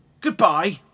Goodbye